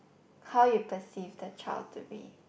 how you perceive the child to be